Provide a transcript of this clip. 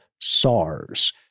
SARS